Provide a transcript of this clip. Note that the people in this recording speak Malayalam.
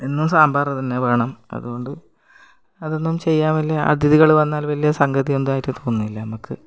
എന്നും സാമ്പാർ തന്നെ വേണം അതുകൊണ്ട് അതെന്നും ചെയ്യുക വലിയ അതിഥികൾ വന്നാൽ വലിയ സംഗതി ആയിട്ട് തോന്നുന്നില്ല നമുക്ക്